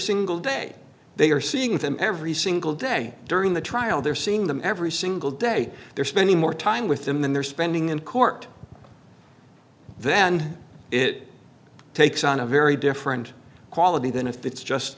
single day they are seeing them every single day during the trial they're seeing them every single day they're spending more time with them than they're spending in court then it takes on a very different quality than if it's just